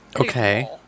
Okay